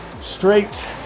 straight